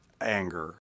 anger